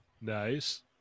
Nice